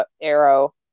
arrow